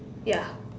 ya